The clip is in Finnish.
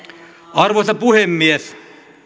arvoisa puhemies